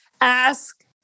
ask